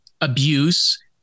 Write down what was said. abuse